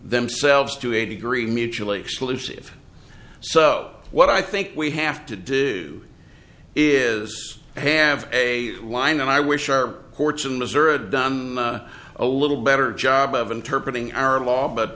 themselves to a degree mutually exclusive so what i think we have to do is have a line and i wish our courts in missouri done a little better job of interpret ing arab law but